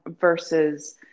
versus